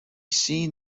seen